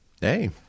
Hey